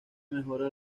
mejora